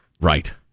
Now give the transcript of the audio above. Right